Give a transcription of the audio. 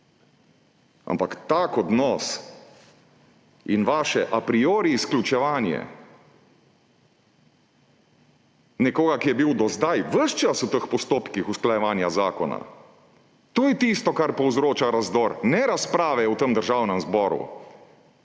Ampak tak odnos in vaše a priori izključevanje nekoga, ki je bil do zdaj ves čas v teh postopkih usklajevanja zakona, to je tisto, kar povzroča razdor, ne razprave v tem državnem zboru.